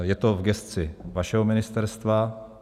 Je to v gesci vašeho ministerstva.